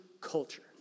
culture